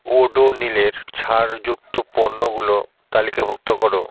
ওডোনীলের ছাড় যুক্ত পণ্যগুলো তালিকাভুক্ত করো